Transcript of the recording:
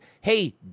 hey